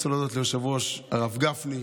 אני רוצה להודות ליושב-ראש הרב גפני,